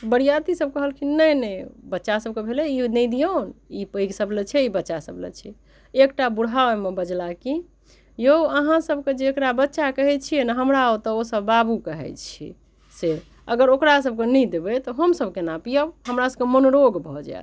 बरिआती सभ कहलखिन नहि नहि बच्चा सभकेँ भेलै ई नहि दिऔन ई पैघ सभ लैत छै ई बच्चा सभ लैत छै एकटा बुढ़ा ओहिमे बजलाह कि यौ अहाँ सभ जेकरा बच्चा कहैत छियै ने हमरा सभ ओतऽ ओ सभ बाबु कहैत छियै से अगर ओकरा सभकेँ नहि देबै तऽ हम सभ केना पिअब हमरा सभकेँ मनोरोग भऽ जाइत